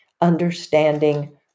understanding